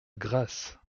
grasse